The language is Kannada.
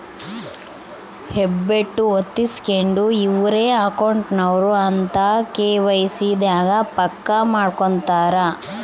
ಹೆಬ್ಬೆಟ್ಟು ಹೊತ್ತಿಸ್ಕೆಂಡು ಇವ್ರೆ ಅಕೌಂಟ್ ನವರು ಅಂತ ಕೆ.ವೈ.ಸಿ ದಾಗ ಪಕ್ಕ ಮಾಡ್ಕೊತರ